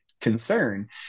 concern